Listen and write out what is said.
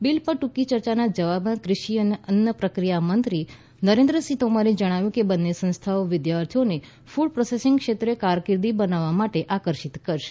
bill પર ટ્રંકીચર્ચાના જવાબમાં કૃષિ અને અન્ન પ્રક્રિયા મંત્રી નરેન્દ્રસિંહ તોમરે જણાવ્યું કે બંને સંસ્થાઓ વિદ્યાર્થીઓને ક્રડ પ્રોસેસિંગ ક્ષેત્રે કારકિર્દી બનાવવા માટે આકર્ષિત કરશે